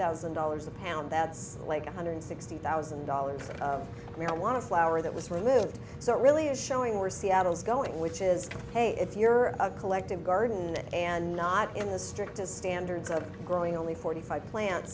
thousand dollars a pound that's like one hundred sixty thousand dollars of marijuana flower that was removed so it really is showing where seattle's going which is ok if you're a collective garden and not in the strictest standards of growing only forty five plant